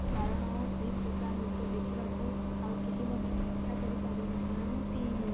କାରଣ ସେହି ପ୍ରକାର ନୃତ୍ୟ ଦେଖିବାକୁ ଆଉ କେହି ମଧ୍ୟ ଇଚ୍ଛା କରିପାରୁନାହାନ୍ତି